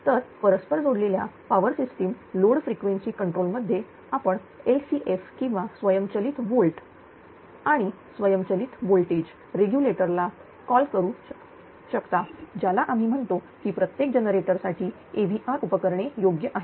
तर परस्पर जोडलेल्या भार वारंवारता नियंत्रण मध्ये आपण LCF किंवा स्वयंचलित विद्युत दाब आणि स्वयंचलित विद्युत दाब नियमनला आपण म्हणू शकताज्याला आम्ही म्हणतो की प्रत्येक जनरेटरसाठी AVR उपकरणे योग्य आहेत